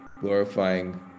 glorifying